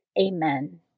Amen